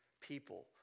people